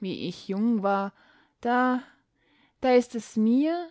wie ich jung war da da ist es mir